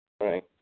Right